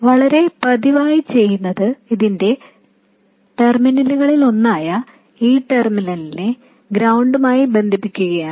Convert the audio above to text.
വളരെ പതിവായി ചെയ്യുന്നത് ഇതിന്റെ ടെർമിനലുകളിലൊന്നായ ഈ ടെർമിനലിനെ ഗ്രൌണ്ടുമായി ബന്ധിപ്പിക്കുകയാണ്